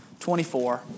24